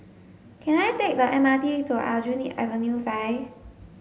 can I take the M R T to Aljunied Avenue five